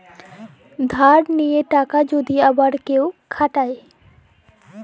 ধার লিয়া টাকা যদি আবার ক্যইরে খাটায়